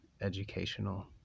educational